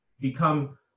become